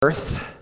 earth